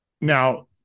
Now